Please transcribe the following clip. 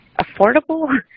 affordable